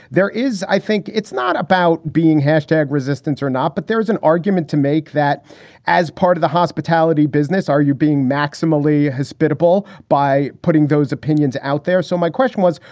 there is. i think it's not about being hashtag resistance or not, but there is an argument to make that as part of the hospitality business, are you being maximally hospitable by putting those opinions out there? so my question was,